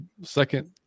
second